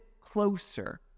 closer